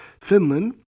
Finland